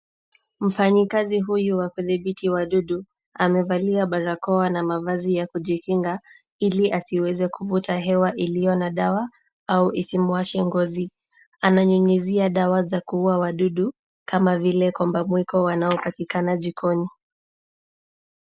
Mfanyikazi huyu wa kudhibiti wadudu, amevalia barakoa na mavazi ya kujikinga, ili asiweze kuvuta hewa iliyo na dawa au isimwashe ngozi. Ananyunyizia dawa za kuua wadudu kama vile kombamwiko wanaopatikana jikoni.